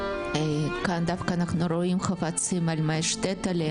מבחינת שיקום